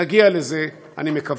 נגיע לזה, אני מקווה.